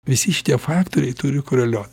visi šitie faktoriai turi koreliuot